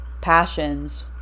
passions